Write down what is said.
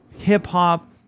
hip-hop